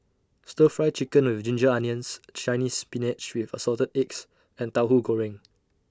Stir Fry Chicken with Ginger Onions Chinese Spinach with Assorted Eggs and Tauhu Goreng